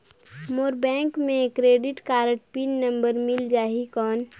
मोर bank मे credit card pin number मिल जाहि कौन?